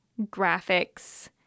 graphics –